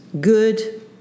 good